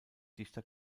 dichter